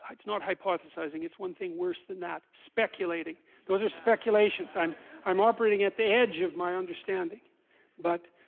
it's not hypothesizing it's one thing worse than that speculating those are speculations i'm i'm operating at the edge of my understanding but